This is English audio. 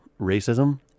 racism